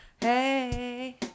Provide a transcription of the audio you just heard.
Hey